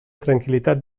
tranquil·litat